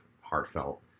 heartfelt